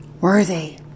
worthy